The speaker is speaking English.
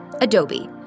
Adobe